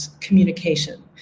communication